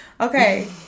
okay